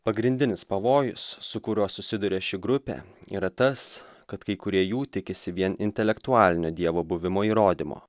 pagrindinis pavojus su kuriuo susiduria ši grupė yra tas kad kai kurie jų tikisi vien intelektualinio dievo buvimo įrodymo